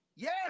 Yes